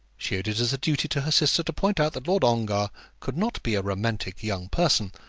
she owed it as a duty to her sister to point out that lord ongar could not be a romantic young person,